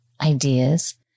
ideas